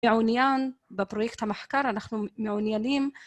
מעוניין בפרויקט המחקר, אנחנו מעוניינים